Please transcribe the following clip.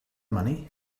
money